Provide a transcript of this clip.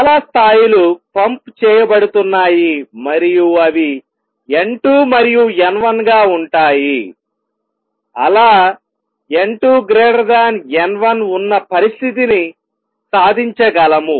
చాలా స్థాయిలు పంప్ చేయబడుతున్నాయి మరియు అవి n2 మరియు n1 గా ఉంటాయి అలా n2 n1 ఉన్న పరిస్థితిని సాధించగలము